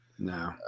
No